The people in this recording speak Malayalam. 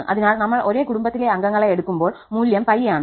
അതിനാൽ നമ്മൾ ഒരേ കുടുംബത്തിലെ അംഗങ്ങളെ എടുക്കുമ്പോൾ മൂല്യം 𝜋 ആണ്